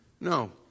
No